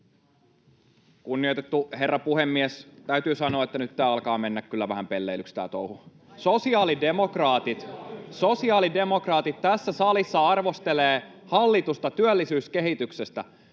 Kunnioitettu herra puhemies! Täytyy sanoa, että nyt tämä touhu alkaa mennä kyllä vähän pelleilyksi. Sosiaalidemokraatit tässä salissa arvostelevat hallitusta työllisyyskehityksestä.